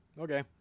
Okay